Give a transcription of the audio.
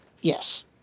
Yes